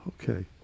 okay